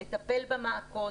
לטפל במעקות,